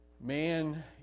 man